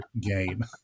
game